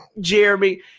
Jeremy